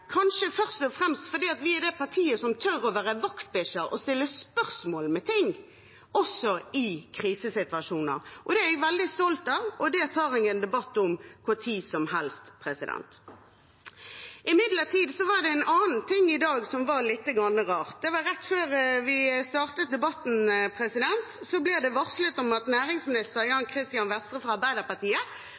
kanskje først og fremst fordi det er det partiet som tør å være vaktbikkjer og stille spørsmål ved ting – også i krisesituasjoner. Det er jeg veldig stolt av, og det tar jeg en debatt om når tid som helst. Imidlertid var det noe annet i dag som var litt rart. Rett før vi startet debatten, ble det varslet at næringsminister Jan Christian Vestre fra Arbeiderpartiet